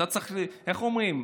איך אומרים?